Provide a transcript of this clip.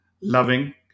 loving